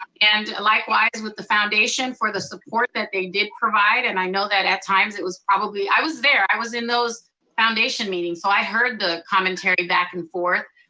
and likewise with the foundation for the support that they did provide. and i know that at times, it was probably. i was there, i was in those foundation meetings, so i heard the commentary back and forth,